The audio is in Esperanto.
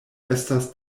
estas